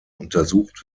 untersucht